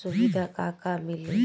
सुविधा का का मिली?